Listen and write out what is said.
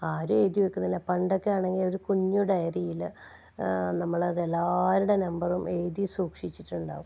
ആരും എഴുതി വെക്കുന്നില്ല പണ്ടൊക്കെയാണെങ്കിൽ ഒരു കുഞ്ഞു ഡയറിയിൽ നമ്മളതെല്ലാവരുടെ നമ്പറും എഴുതി സൂക്ഷിച്ചിട്ടുണ്ടാകും